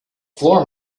floor